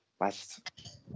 last